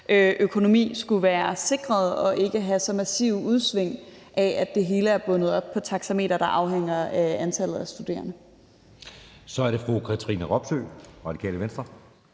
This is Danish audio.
økonomi skulle være sikret og ikke have så massive udsving, på grund af at det hele er bundet op på et taxameter, der afhænger af antallet af studerende.